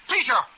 Peter